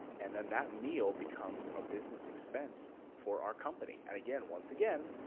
and then that meal becomes a business expense for our company. and again, once again,